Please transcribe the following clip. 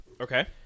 Okay